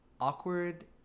awkward